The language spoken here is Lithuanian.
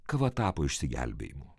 kava tapo išsigelbėjimu